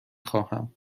خواهم